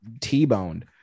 T-boned